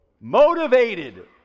motivated